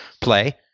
play